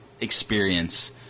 experience